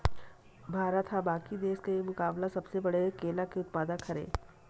भारत हा बाकि देस के मुकाबला सबले बड़े केला के उत्पादक हरे